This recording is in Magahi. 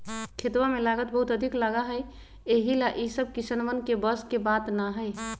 खेतवा में लागत बहुत अधिक लगा हई यही ला ई सब किसनवन के बस के बात ना हई